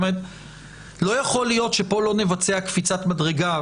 לא יכול להיות שפה לא נבצע קפיצת מדרגה,